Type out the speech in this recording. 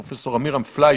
פרופ' עמירם פליישר,